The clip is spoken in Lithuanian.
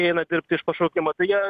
eina dirbt iš pašaukimo tai jie